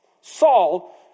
Saul